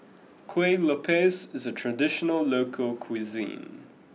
Kuih Lopes is a traditional local cuisine